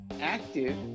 active